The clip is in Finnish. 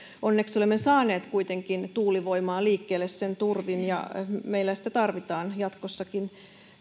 onneksi olemme saaneet kuitenkin tuulivoimaa liikkeelle sen turvin ja sitä meillä tarvitaan jatkossakin